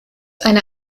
eine